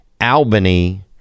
Albany